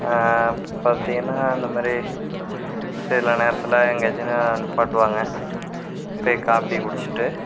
பார்த்தீங்கன்னா அந்த மாதிரி சில நேரத்தில் எங்கேயாச்சுன்னா நிப்பாட்டுவாங்க போய் காபி குடிச்சிவிட்டு